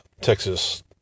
Texas